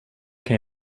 kan